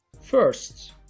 First